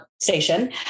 station